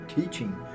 teaching